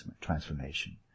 transformation